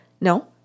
No